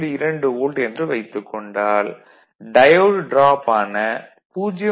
2 volt என்று வைத்துக் கொண்டால் டயோடு டிராப் ஆன 0